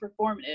performative